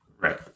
Right